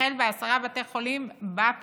ויחל בעשרה בתי חולים בפריפריה,